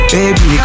Baby